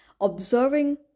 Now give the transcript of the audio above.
observing